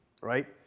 right